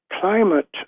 climate